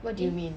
what do you mean